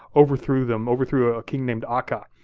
overthrew them, overthrew a king named aga,